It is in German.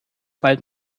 bald